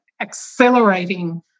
accelerating